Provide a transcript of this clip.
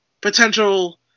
potential